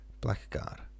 Blackguard